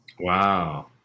Wow